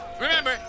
Remember